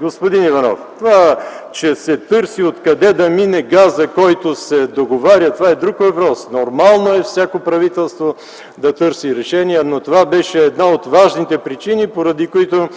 Господин Иванов, това че се търси откъде да мине газа, който се договаря, това е друг въпрос. Нормално е всяко правителство да търси решение, но това беше една от важните причини, поради която